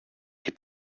και